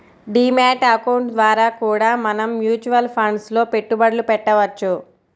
D mat account ద్వారా కూడా మనం మ్యూచువల్ ఫండ్స్ లో పెట్టుబడులు పెట్టవచ్చు